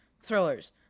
Thrillers